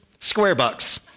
Squarebucks